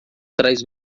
traz